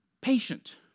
Patient